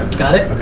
got it? okay,